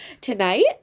tonight